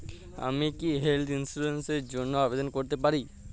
আমি কি health insurance র জন্য আবেদন করতে পারি?